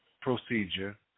procedure